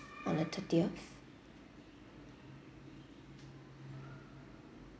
on the thirtieth